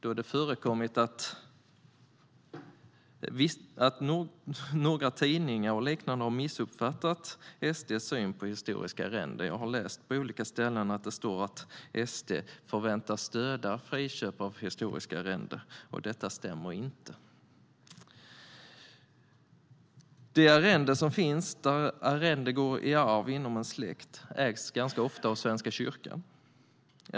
Det har förekommit att tidningar och liknande har missuppfattat SD:s syn på historiska arrenden. Jag har läst på olika ställen att Sverigedemokraterna förväntas stödja friköp av historiska arrenden. Detta stämmer inte. De arrenden som finns där arrendet går i arv inom en släkt ägs ganska ofta av Svenska kyrkan.